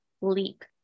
leap